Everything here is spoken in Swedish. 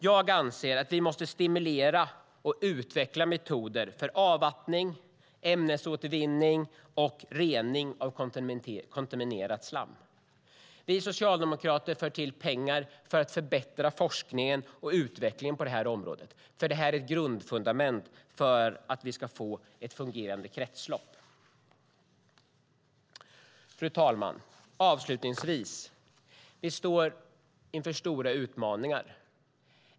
Jag anser att vi måste stimulera och utveckla metoder för avvattning, ämnesåtervinning och rening av kontaminerat slam. Vi socialdemokrater tillför pengar för att förbättra forskningen och utvecklingen på det området, för det är ett grundfundament för att vi ska få ett fungerande kretslopp. Fru talman! Avslutningsvis vill jag säga att vi står inför stora utmaningar.